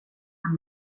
amb